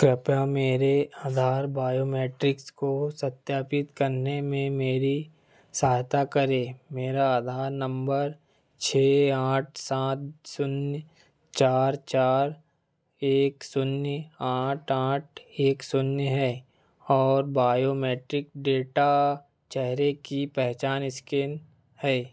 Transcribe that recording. कृपया मेरे आधार बायोमेट्रिक्स को सत्यापित करने में मेरी सहायता करें मेरा आधार नंबर छः आठ सात शून्य चार चार एक शून्य आठ आठ एक शून्य है और बायोमेट्रिक डेटा चेहरे की पहचान स्कैन है